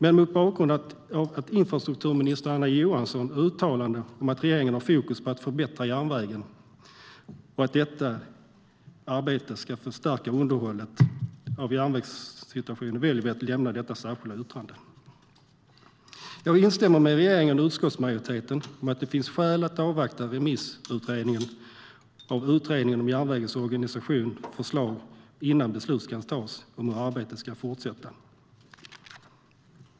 Men mot bakgrund av infrastrukturminister Anna Johanssons uttalande om att regeringen har fokus på att förbättra järnvägen och att detta arbete ska förstärka underhållet av järnvägsinfrastrukturen väljer vi att lämna detta särskilda yttrande. Jag vill instämma med regeringen och utskottsmajoriteten i att det finns skäl att avvakta remissbehandlingen av förslaget från Utredningen om järnvägens organisation innan beslut kan tas om hur arbetet ska fortsätta.